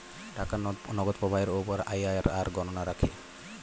টাকার নগদ প্রবাহের উপর আইআরআর গণনা রাখে